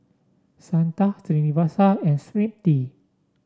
Santha Srinivasa and Smriti